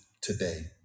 today